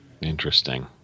Interesting